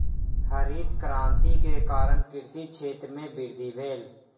हरित क्रांति के कारण कृषि क्षेत्र में वृद्धि भेल